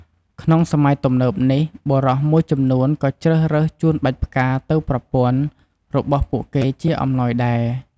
ក្នុងសម័យទំនើបនេះដែរ បុរសមួយចំនួនក៏ជ្រើសរើសជូនបាច់ផ្កាទៅប្រពន្ធរបស់ពួកគេជាអំណោយដែរ។